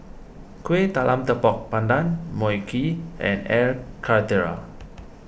Kueh Talam Tepong Pandan Mui Kee and Air Karthira